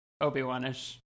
Obi-Wan-ish